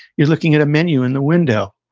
you're looking at a menu in the window,